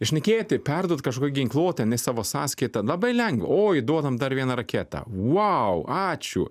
šnekėti perduot kažkokią ginkluotę ne savo sąskaita labai lengva o įduodam dar vieną raketą vau ačiū